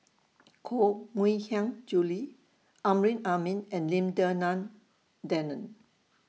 Koh Mui Hiang Julie Amrin Amin and Lim Denan Denon